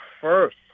first